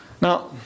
now